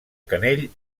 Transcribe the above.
canell